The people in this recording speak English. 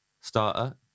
starter